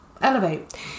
elevate